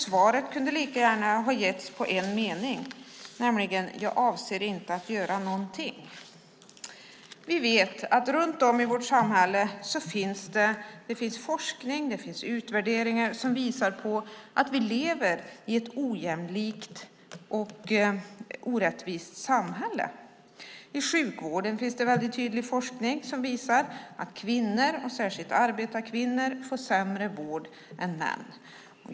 Svaret kunde lika gärna ha getts i en mening, nämligen: Jag avser inte att göra någonting. Vi vet att det runt om i vårt samhälle finns forskning och utvärderingar som visar på att vi lever i ett ojämlikt och orättvist samhälle. I sjukvården finns det väldigt tydlig forskning som visar att kvinnor, och särskilt arbetarkvinnor, får sämre vård än män.